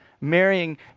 marrying